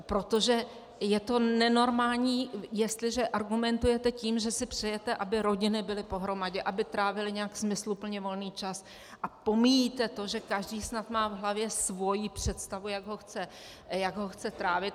Protože je to nenormální, jestliže argumentujete tím, že si přejete, aby rodiny byly pohromadě, aby trávily nějak smysluplně volný čas, a pomíjíte to, že každý snad má v hlavě svoji představu, jak ho chce trávit.